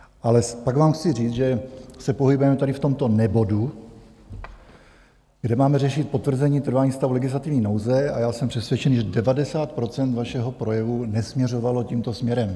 Ale pak vám chci říct, že se pohybujeme tady v tomto nebodu, kde máme řešit potvrzení trvání stavu legislativní nouze, a já jsem přesvědčen, že 90 % vašeho projevu nesměřovalo tímto směrem.